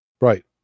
Right